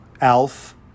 Alf